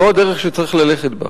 זו הדרך שצריך ללכת בה.